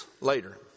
later